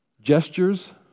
gestures